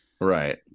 Right